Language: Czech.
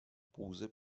pouze